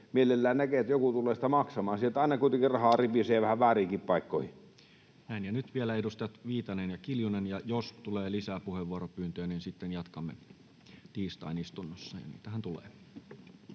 mielellään näkevät, että joku tulee sitä maksamaan. Sieltä aina kuitenkin rahaa ritisee vähän vääriinkin paikkoihin. Näin, ja nyt vielä edustajat Viitanen ja Kiljunen, ja jos tulee lisää puheenvuoropyyntöjä, niin sitten jatkamme tiistain istunnossa — ja niitähän tulee.